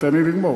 תן לי לגמור.